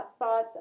hotspots